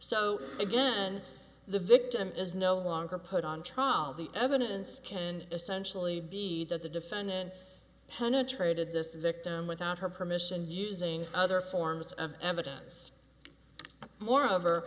so again the victim is no longer put on trial the evidence can essentially be that the defendant penetrated this is victim without her permission using other forms of evidence moreover